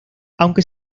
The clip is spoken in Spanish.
aunque